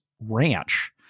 Ranch